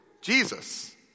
Jesus